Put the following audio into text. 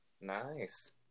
Nice